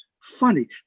funny